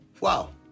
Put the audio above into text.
Wow